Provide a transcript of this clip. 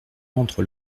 rentre